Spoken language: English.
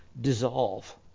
dissolve